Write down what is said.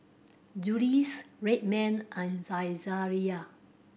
Julie's Red Man and Saizeriya